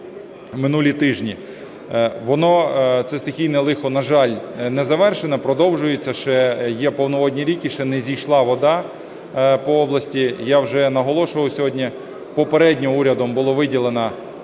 минулі тижні. Воно, це стихійне лихо, на жаль, не завершено, продовжується ще. Є повноводні ріки, ще не зійшла вода по області. Я вже наголошував сьогодні, попередньо урядом було виділено,